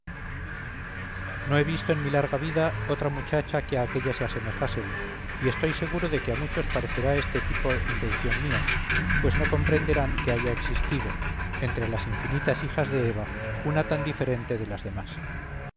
no he visto en mi larga vida otra muchacha que a aquella se asemejase y estoy seguro de que a muchos parecerá este tipo invención mía pues no comprenderán que haya existido entre las infinitas hijas de eva una tan diferente de las demás